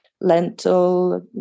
Lentil